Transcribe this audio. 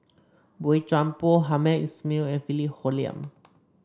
Boey Chuan Poh Hamed Ismail and Philip Hoalim